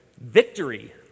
victory